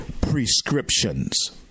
prescriptions